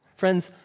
Friends